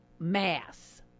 mass